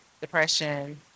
depression